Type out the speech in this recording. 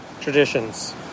traditions